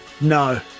No